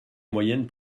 moyenne